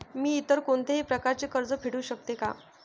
मी इतर कोणत्याही प्रकारे कर्ज फेडू शकते का?